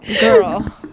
girl